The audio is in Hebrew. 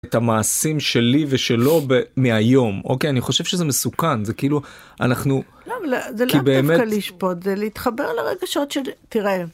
את המעשים שלי ושלו מהיום, אוקיי? אני חושב שזה מסוכן, זה כאילו, אנחנו... כי באמת... לא, זה לאו דווקא לשפוט, זה להתחבר לרגשות של... תראה,